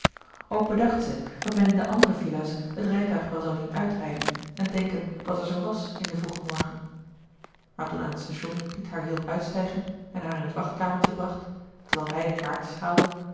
zielen bedacht zij dat men in de andere villa's het rijtuig wel zoû zien uitrijden en denken wat er zoo was in den vroegen morgen maar toen aan het station piet haar hielp uitstijgen en haar in het wachtkamertje bracht terwijl hij de kaartjes haalde